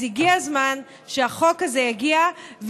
אז הגיע הזמן שהחוק הזה יגיע,